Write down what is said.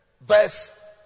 Verse